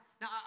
Now